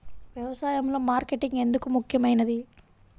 వ్యసాయంలో మార్కెటింగ్ ఎందుకు ముఖ్యమైనది?